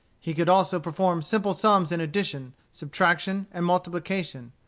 he could also perform simple sums in addition, subtraction, and multiplication.